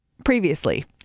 previously